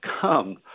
come